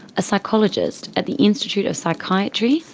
a psychologist at the institute of psychiatry,